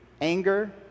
anger